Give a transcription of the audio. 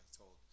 told